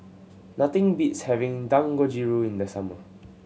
nothing beats having Dangojiru in the summer